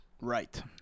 Right